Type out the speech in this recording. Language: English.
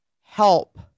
help